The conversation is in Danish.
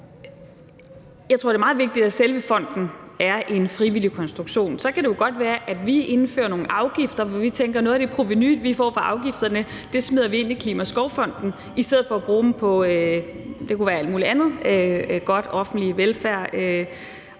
Jeg tror, det er meget vigtigt, at selve fonden er en frivillig konstruktion. Så kan det jo godt være, at vi indfører nogle afgifter, hvor vi tænker, at noget af det provenu, vi får fra afgifterne, smider vi ind i Klimaskovfonden i stedet for at bruge dem på, det kunne være alt muligt andet godt: offentlig velfærd